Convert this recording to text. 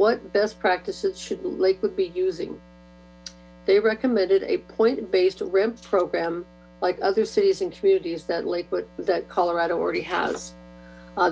what best practices shouldn't lakewood be using they recommended a point based ramp program like other cities and communities that lakewood colorado already has